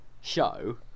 show